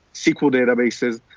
sql databases,